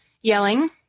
yelling